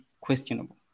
questionable